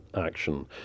action